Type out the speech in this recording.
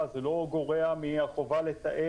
מי זה בעל הכשרה כאמור?